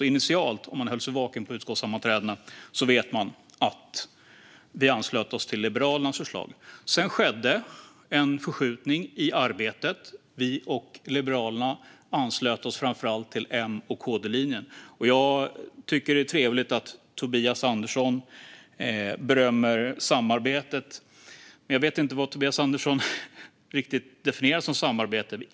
Höll man sig vaken på utskottssammanträdena vet man att vi initialt anslöt oss till Liberalernas förslag. Sedan skedde en förskjutning i arbetet, och vi och Liberalerna anslöt oss till M och KD-linjen. Det är trevligt att Tobias Andersson berömmer samarbetet, men jag vet inte riktigt vad Tobias Andersson definierar som samarbete.